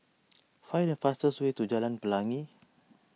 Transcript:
find the fastest way to Jalan Pelangi